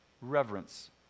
reverence